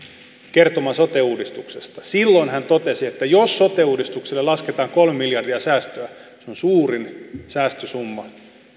kertomaan sote uudistuksesta silloin hän totesi että jos sote uudistukselle lasketaan kolme miljardia säästöä se on suurin säästösumma